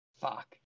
fuck